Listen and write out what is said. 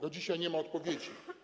Do dzisiaj nie ma odpowiedzi.